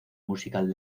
musical